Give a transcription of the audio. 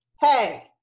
hey